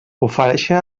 ofereixen